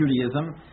Judaism